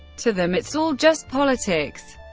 to them it's all just politics.